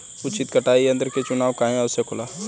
उचित कटाई यंत्र क चुनाव काहें आवश्यक होला?